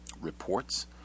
reports